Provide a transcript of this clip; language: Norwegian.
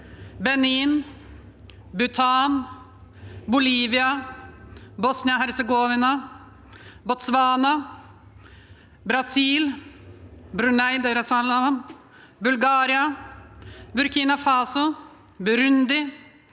Benin, Bhutan, Bolivia, Bosnia-Hercegovina, Botswana, Brasil, Brunei Darussalam, Bulgaria, Burkina Faso, Burundi,